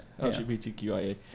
LGBTQIA